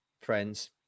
friends